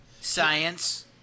Science